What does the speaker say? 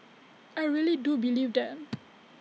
I really do believe that